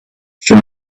she